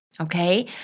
Okay